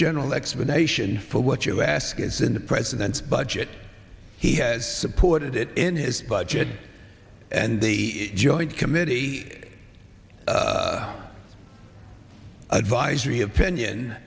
general explanation for what you ask is in the president's budget he has supported it in his budget and the joint committee advisory opinion